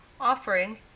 offering